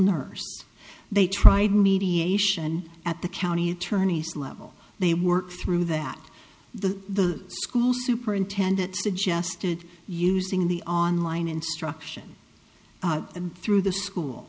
nurse they tried mediation at the county attorney's level they worked through that the school superintendent suggested using the online instruction and through the school